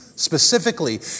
Specifically